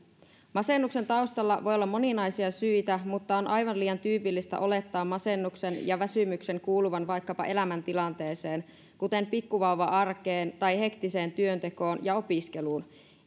masennuksen taustalla voi olla moninaisia syitä mutta on aivan liian tyypillistä olettaa masennuksen ja väsymyksen kuuluvan vaikkapa elämäntilanteeseen kuten pikkuvauva arkeen tai hektiseen työntekoon ja opiskeluun